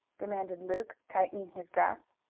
demanded luke, tightening his grasp.